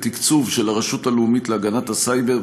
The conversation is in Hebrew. בתקצוב של הרשות הלאומית להגנת הסייבר,